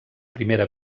primera